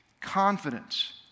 confidence